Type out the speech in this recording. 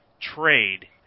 trade